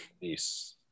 Peace